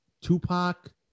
Tupac